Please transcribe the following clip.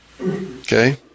Okay